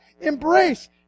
embrace